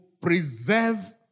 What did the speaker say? preserve